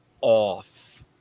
off